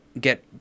get